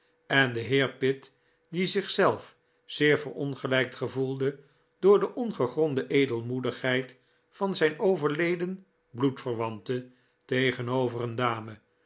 en de heer pitt die zichzelf zeer verongelijkt gevoelde door de ongegronde edelmoedigheid van zijn overleden bloedverwante tegenover een dame